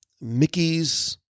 Mickey's